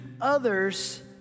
others